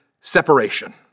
separation